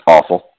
Awful